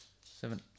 seven